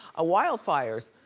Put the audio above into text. ah wildfires.